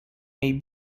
may